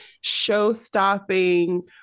show-stopping